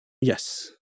Yes